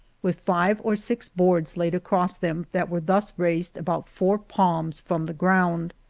with five or six boards laid across them, that were thus raised about four palms from the ground.